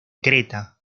creta